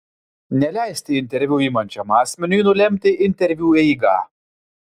neleisti interviu imančiam asmeniui nulemti interviu eigą